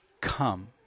come